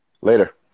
Later